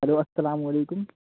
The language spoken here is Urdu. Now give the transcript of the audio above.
ہلو السلام علیکم